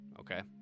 Okay